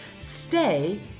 stay